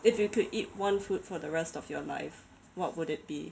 if you could eat one food for the rest of your life what would it be